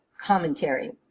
commentary